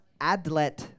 Adlet